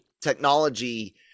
technology